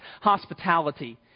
hospitality